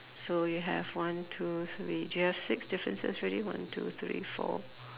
so you have one two three do you have six differences already one two three four